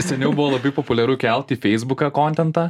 seniau buvo labai populiaru kelt į feisbuką kontentą